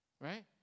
right